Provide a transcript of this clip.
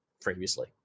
previously